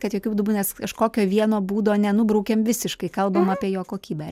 kad jokiu būdu nes kažkokio vieno būdo nenubraukiam visiškai kalbam apie jo kokybę